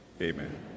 amen